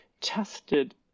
tested